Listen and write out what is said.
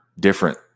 different